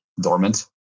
dormant